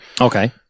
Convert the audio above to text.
Okay